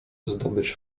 zdobycz